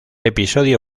episodio